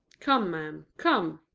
come, ma'am, come!